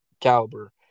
caliber